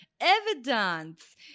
evidence